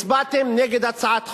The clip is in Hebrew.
הצבעתם נגד הצעת החוק,